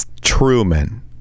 Truman